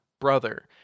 brother